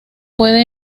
puede